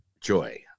joy